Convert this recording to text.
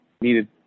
needed